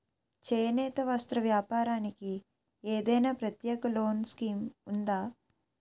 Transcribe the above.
చేనేత వస్త్ర వ్యాపారానికి ఏదైనా ప్రత్యేక లోన్ స్కీం ఉందా?